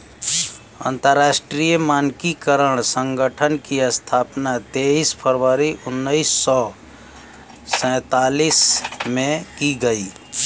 अंतरराष्ट्रीय मानकीकरण संगठन की स्थापना तेईस फरवरी उन्नीस सौ सेंतालीस में की गई